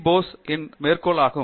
போஸின் மேற்கோள் ஆகும்